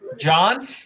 John